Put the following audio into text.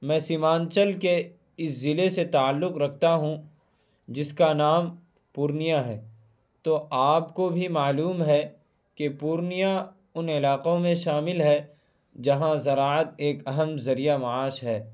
میں سیمانچل کے اس ضلع سے تعلق رکھتا ہوں جس کا نام پورنیہ ہے تو آپ کو بھی معلوم ہے کہ پورنیہ ان علاقوں میں شامل ہے جہاں زراعت ایک اہم ذریعہ معاش ہے